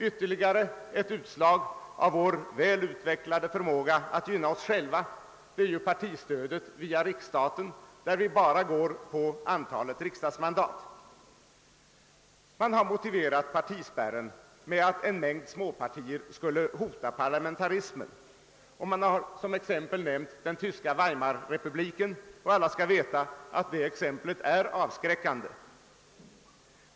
Ytterligare ett utslag av vår välutvecklade förmåga att gynna oss själva är partistödet via riksstaten, där vi bara går efter antalet riksdagsmandat. Man har motiverat partispärren med att en mängd småpartier skulle hota parlamentarismen, och man har som exempel härpå nämnt den tyska Weimarrepubliken. Alla skall veta att det exemplet är avskräckande.